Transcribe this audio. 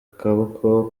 kaboko